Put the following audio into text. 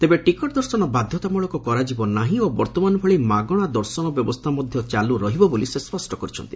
ତେବେ ଟିକେଟ୍ ଦର୍ଶନ ବାଧ୍ଘତାମୂଳକ କରାଯିବ ନାହିଁ ଓ ବର୍ଭମାନ ଭଳି ମାଗଶା ଦର୍ଶନ ବ୍ୟବସ୍କା ମଧ ଚାଲୁରହିବ ବୋଲି ସେ ସ୍ୱଷ୍କ କରିଛନ୍ତି